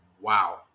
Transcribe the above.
wow